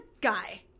guy